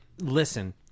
Listen